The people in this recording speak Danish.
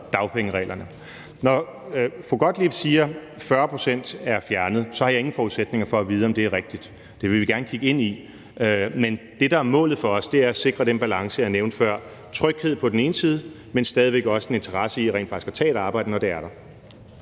dagpengereglerne. Når fru Jette Gottlieb siger, at 40 pct. er fjernet, så har jeg ingen forudsætninger for at vide, om det er rigtigt. Det vil vi gerne kigge ind i. Men det, der er målet for os, er at sikre den balance, jeg nævnte før, nemlig tryghed på den ene side og på den anden side stadig væk en interesse i rent faktisk at tage et arbejde, når det er der.